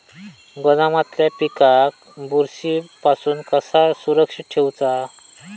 गोदामातल्या पिकाक बुरशी पासून कसा सुरक्षित ठेऊचा?